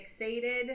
fixated